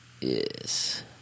Yes